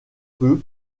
peut